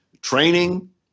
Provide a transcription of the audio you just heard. training